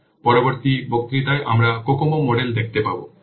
সুতরাং পরবর্তী বক্তৃতায় আমরা COCOMO মডেল দেখতে পাব